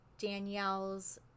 Danielle's